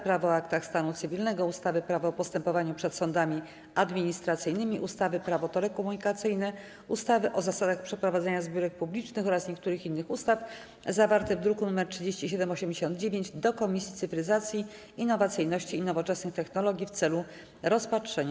Prawo o aktach stanu cywilnego, ustawy Prawo o postępowaniu przed sądami administracyjnymi, ustawy Prawo telekomunikacyjne, ustawy o zasadach przeprowadzania zbiórek publicznych oraz niektórych innych ustaw, zawarty w druku nr 3789, do Komisji Cyfryzacji, Innowacyjności i Nowoczesnych Technologii w celu rozpatrzenia.